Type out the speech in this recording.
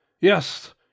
Yes